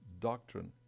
doctrine